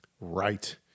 Right